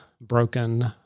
broken